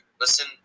listen